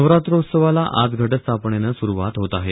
नवरात्रोत्सवाला आज घटस्थापनेनं सुरुवात होत आहे